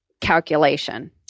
calculation